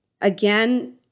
again